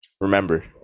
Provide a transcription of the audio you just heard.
Remember